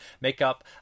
Makeup